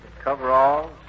Coveralls